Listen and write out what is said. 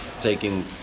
taking